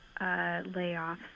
layoffs